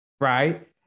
right